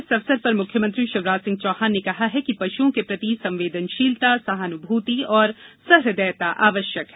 इस अवसर पर मुख्यमंत्री शिवराज सिंह चौहान ने कहा है कि पशुओं के प्रति संवेदनशीलता सहानुभूति और सहृदयता आवश्यक है